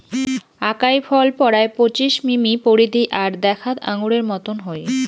আকাই ফল পরায় পঁচিশ মিমি পরিধি আর দ্যাখ্যাত আঙুরের মতন হই